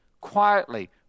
quietly